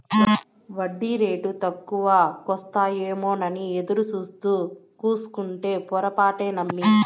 ఒడ్డీరేటు తక్కువకొస్తాయేమోనని ఎదురుసూత్తూ కూసుంటే పొరపాటే నమ్మి